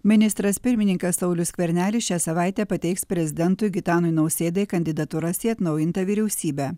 ministras pirmininkas saulius skvernelis šią savaitę pateiks prezidentui gitanui nausėdai kandidatūras į atnaujintą vyriausybę